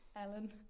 Ellen